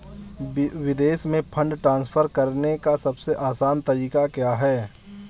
विदेश में fund transfer करने का सबसे आसान तरीका क्या है?